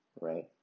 Right